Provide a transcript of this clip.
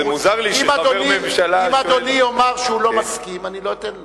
אם אדוני יאמר שהוא לא מסכים, לא אתן לו.